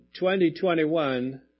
2021